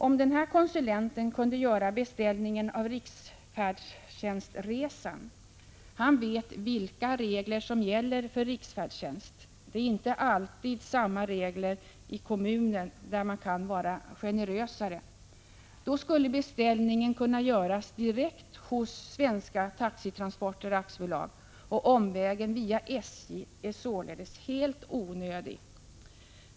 Om denna konsulent kunde göra beställningen av riksfärdtjänstresan — han vet vilka regler som gäller för riksfärdtjänst, och det är inte alltid samma regler i kommunen, där man kan vara generösare — då skulle beställningen kunna göras direkt hos Svenska Taxitransporter AB. Omvägen via SJ är således helt onödig.